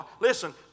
Listen